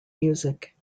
music